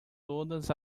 todas